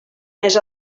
més